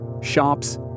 shops